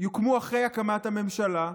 שיוקמו אחרי הקמת הממשלה,